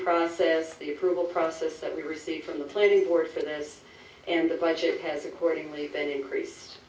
process the approval process that we receive from the plant and work for them and the budget has accordingly then increase